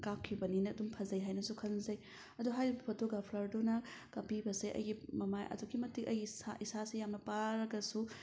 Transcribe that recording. ꯀꯥꯞꯈꯤꯕꯅꯤꯅ ꯑꯗꯨꯝ ꯐꯖꯩ ꯍꯥꯏꯅꯁꯨ ꯈꯟꯖꯩ ꯑꯗꯣ ꯍꯥꯏꯔꯤꯕ ꯐꯣꯇꯣꯒ꯭ꯔꯥꯐꯔꯗꯨꯅ ꯀꯥꯄꯄꯤꯕꯁꯦ ꯑꯩꯒꯤ ꯃꯃꯥꯏ ꯑꯗꯨꯛꯀꯤ ꯃꯇꯤꯛ ꯑꯩꯒꯤ ꯏꯁꯥꯁꯦ ꯌꯥꯝꯅ ꯄꯥꯔꯒꯁꯨ